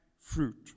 fruit